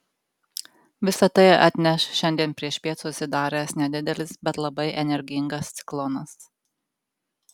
visa tai atneš šiandien priešpiet susidaręs nedidelis bet labai energingas ciklonas